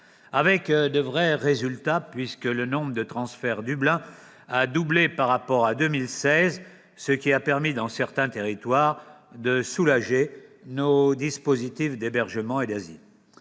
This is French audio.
obtenu de vrais résultats, puisque le nombre de transferts Dublin a doublé par rapport à 2016, ce qui a permis, dans certains territoires, de soulager nos dispositifs d'hébergement et d'asile.